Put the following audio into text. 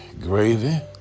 gravy